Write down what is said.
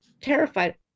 terrified